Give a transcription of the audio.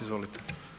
Izvolite.